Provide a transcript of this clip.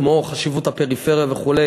כמו חשיבות הפריפריה וכו',